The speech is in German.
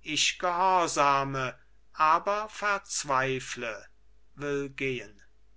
ich gehorsame aber verzweifle will gehen